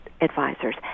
Advisors